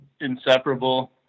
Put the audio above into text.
inseparable